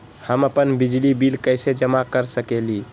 हम अपन बिजली बिल कैसे जमा कर सकेली?